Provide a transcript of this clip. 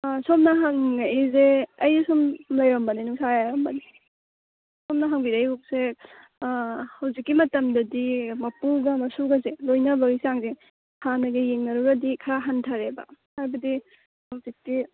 ꯁꯣꯝꯅ ꯍꯪꯉꯛꯏꯁꯦ ꯑꯩ ꯁꯨꯝ ꯂꯩꯔꯝꯕꯅꯦ ꯅꯨꯡꯁꯥ ꯌꯥꯏꯔꯝꯕꯅꯦ ꯁꯣꯝꯅ ꯍꯪꯕꯤꯔꯛꯏꯁꯦ ꯍꯧꯖꯤꯛꯀꯤ ꯃꯇꯝꯗꯗꯤ ꯃꯄꯨꯒ ꯃꯁꯨꯒꯁꯦ ꯂꯣꯏꯅꯕꯒꯤ ꯆꯥꯡꯁꯦ ꯍꯥꯟꯅꯒ ꯌꯦꯡꯅꯔꯨꯔꯗꯤ ꯈꯔ ꯍꯟꯊꯔꯦꯕ ꯍꯥꯏꯕꯗꯤ ꯍꯧꯖꯤꯛꯇꯤ